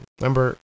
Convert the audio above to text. Remember